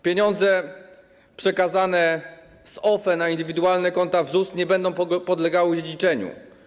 Pieniądze przekazane z OFE na indywidualne konta w ZUS nie będą podlegały dziedziczeniu.